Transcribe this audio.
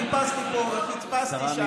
חיפשתי פה וחיפשתי שם.